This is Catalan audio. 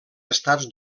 estats